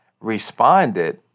responded